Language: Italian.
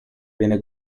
viene